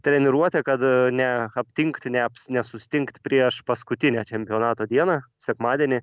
treniruotė kad ne aptingti neaps nesustingt prieš paskutinę čempionato dieną sekmadienį